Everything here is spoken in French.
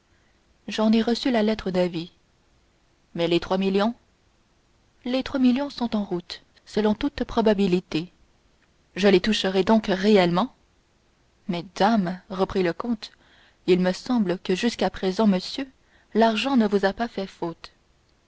j'en ai reçu la lettre d'avis mais les trois millions les trois millions sont en route selon toute probabilité je les toucherai donc réellement mais dame reprit le comte il me semble que jusqu'à présent monsieur l'argent ne vous a pas fait faute